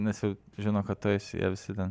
nes jau žino kad tu esi jie vsi ten